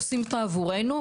עושים אותה עבורנו,